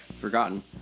forgotten